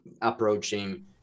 approaching